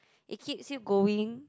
it keeps you going